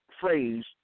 phrase